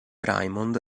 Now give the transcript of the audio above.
raymond